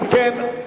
אם כן,